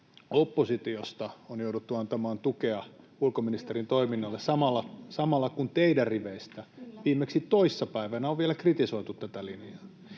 oppositiosta on jouduttu antamaan tukea ulkoministerin toiminnalle, samalla kun teidän riveistänne viimeksi toissa päivänä on vielä kritisoitu tätä linjaa.